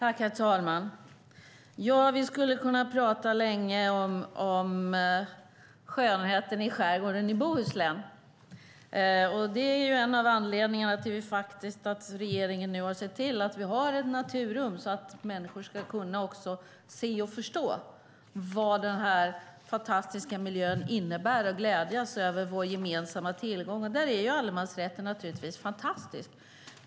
Herr talman! Vi skulle kunna prata länge om skönheten i skärgården i Bohuslän. En av anledningarna till att regeringen nu har sett till att vi har ett naturrum är att människor ska kunna se och förstå vad den här fantastiska miljön innebär och glädjas över vår gemensamma tillgång. Där är allemansrätten naturligtvis fantastisk.